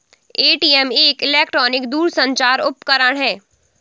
ATM एक electronic दूरसंचार उपकरण है